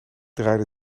draaide